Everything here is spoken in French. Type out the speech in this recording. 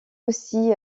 aussi